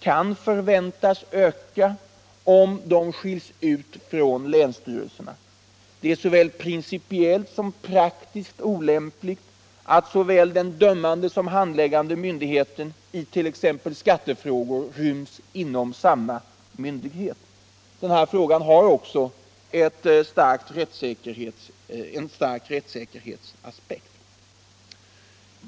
kan förväntas öka om de skiljs ut från länsstyrelserna. Det är både principiellt och praktiskt olämpligt att såväl den dömande som den handläggande myndigheten it.ex. skattefrågor ryms inom samma myndighet. Denna fråga har en viktig rättssäkerhetsaspekt.